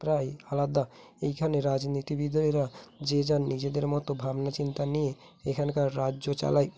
প্রায় আলাদা এইখানে রাজনীতিবিদেরা যে যার নিজেদের মতো ভাবনা চিন্তা নিয়ে এখানকার রাজ্য চালায়